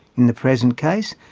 in the present case,